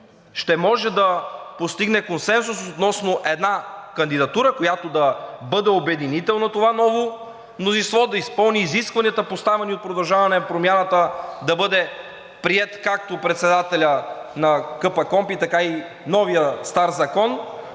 ще може да постигне консенсус относно една кандидатура, която да бъде обединител на това ново мнозинство, да изпълни изискванията, поставени от „Продължаваме Промяната“, да бъде приет както председателят на КПКОНПИ, така и новият-стар закон,